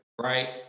Right